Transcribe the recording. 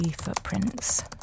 Footprints